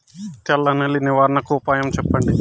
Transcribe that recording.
తెల్ల నల్లి నివారణకు ఉపాయం చెప్పండి?